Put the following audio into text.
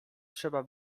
trzeba